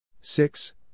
Six